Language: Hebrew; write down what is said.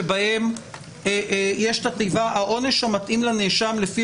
שבהם יש תיבה "העונש המתאים לנאשם לפי